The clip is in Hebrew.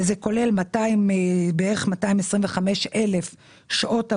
וזה כולל כ-225,000 שעות עבודה.